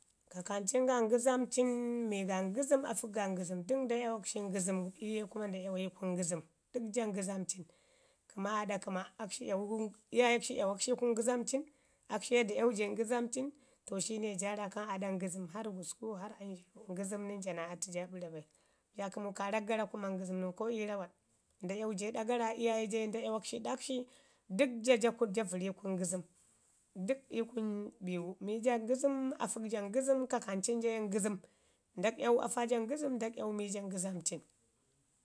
Kakancin ga ngəzamcin, mii ga ngəzən afək ga ngəzəm, dək nda yamak shi ii kunu ngəzəm gu, iyu ye nda iyawa yu ii kunu ngəzəm, dək ja ngəzəmcin. Kəma aaɗo kəma, akshi yawu iyaayek shi yawak shi ii kunu ngəzəmcin, akshi ye da iyawu ja ii kunu ngəzamcin to shine ja raakan ii ɗa ngəzəm harr gusku harr amzharu ngəzəm nən ja naa atu ja ɓara bai, ja kəmu kaarak gara kuma ngəzəm nən ko ii rawan, nda iyawu ja ii ɗa gara, iyaaye ja ye nda iyawak shi ii ɗak shi. Dək ja ja vəre kunu ngəzəm, dək ii kunu biwu, mi ja ngəzəm afək ja kakancin ja ye ngəzəm, ndak iyawu afaja ngəzəm nda iyawu mi ja ngəzəmcin.